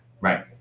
right